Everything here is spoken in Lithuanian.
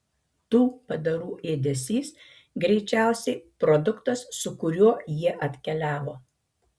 tų padarų ėdesys greičiausiai produktas su kuriuo jie atkeliavo